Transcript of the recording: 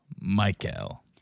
Michael